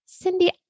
Cindy